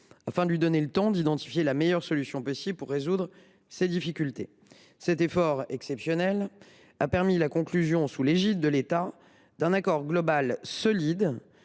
afin que celui ci ait le temps de trouver la meilleure solution pour résoudre ses difficultés. Cet effort exceptionnel a permis la conclusion, sous l’égide de l’État, d’un accord global solide,